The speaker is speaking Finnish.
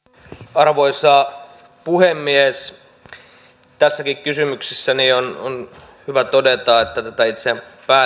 arvoisa puhemies tässäkin kysymyksessä on hyvä todeta että tämä itse päälinja jossa tätä